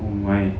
oh my